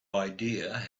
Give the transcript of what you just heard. idea